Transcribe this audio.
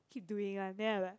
keep doing one then I'm like